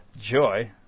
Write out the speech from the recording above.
Joy